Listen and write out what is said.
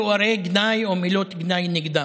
בתוארי גנאי או מילות גנאי נגדם.